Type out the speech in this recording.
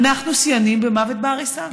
אנחנו שיאנים במוות בעריסה.